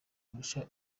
kurusha